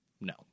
No